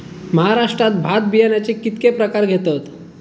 महाराष्ट्रात भात बियाण्याचे कीतके प्रकार घेतत?